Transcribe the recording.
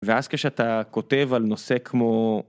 ואז כשאתה כותב על נושא כמו.